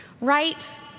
Right